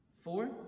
Four